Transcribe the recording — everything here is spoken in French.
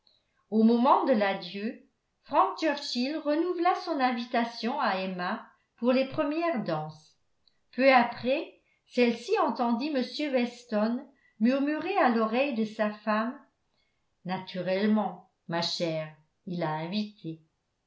au moment de l'adieu frank churchill renouvela son invitation à emma pour les premières danses peu après celle-ci entendit m weston murmurer à l'oreille de sa femme naturellement ma chére il l'a invitée